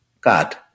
God